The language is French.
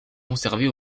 conservée